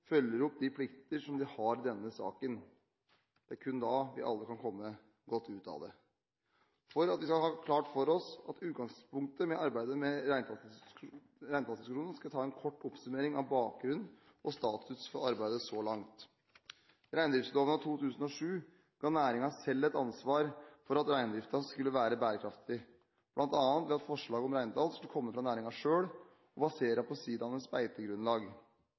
følger opp de plikter som de har i denne saken. Det er kun da vi alle kan komme godt ut av det. For at vi skal ha klart for oss utgangspunktet for arbeidet med reintallsreduksjonen, skal jeg ta en kort oppsummering av bakgrunn og status for arbeidet så langt. Reindriftsloven av 2007 ga næringen selv et ansvar for at reindriften skulle være bærekraftig, bl.a. ved at forslaget om reintall skulle komme fra næringen selv og baseres på siidaenes beitegrunnlag. Reintallene skulle deretter endelig godkjennes av